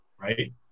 right